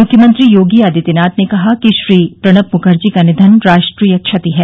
मुख्यमंत्री योगी आदित्यनाथा ने कहा कि श्री प्रणब मुखर्जी का निधन राष्ट्रीय क्षति है